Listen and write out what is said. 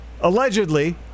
Allegedly